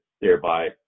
thereby